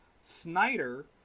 Snyder